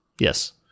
Yes